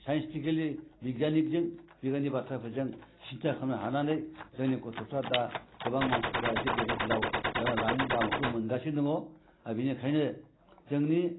scientifically बिगियानिजों बिगियाननि बाथ्राफोरजों सिन्था खालामनो हानानै जोंनि गथ'फ्रा दा गोबां मानसिफ्रा गिदिर गोलाव जानायनि लामाखौ मोनगासिनो दङ आर बिनिखायनो जोंनि